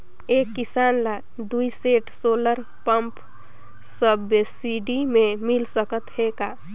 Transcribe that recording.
एक किसान ल दुई सेट सोलर पम्प सब्सिडी मे मिल सकत हे का?